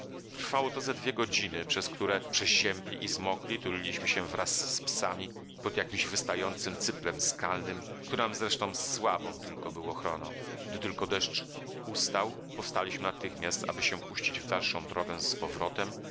trwało to ze dwie godziny przez które przeziębli i zmokli tuliliśmy się wraz z psami pod jakimś wystającym cyplem skalnym który nam zresztą słabą tylko był ochroną gdy tylko deszcz ustał powstaliśmy natychmiast aby się puścić w dalszą drogę z powrotem